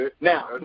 Now